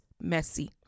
Messy